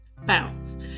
bounce